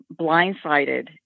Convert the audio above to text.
blindsided